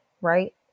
Right